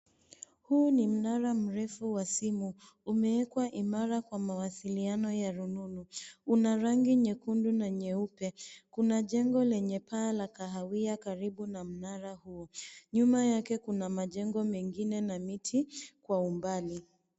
Huu ni mnara mferu wa simu. Umeekwa imara kwa mawasiliano ya rununu. Una rangi nyekundu na nyeupe. Kuna jengo lenye paa la kahawia karibu na mnara huo. Nyuma yake kuna majengo mengine na miti, kwa umbali.